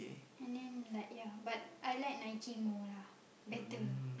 and then like ya but I like Nike more lah better